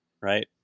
right